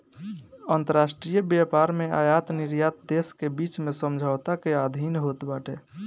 अंतरराष्ट्रीय व्यापार में आयत निर्यात देस के बीच में समझौता के अधीन होत बाटे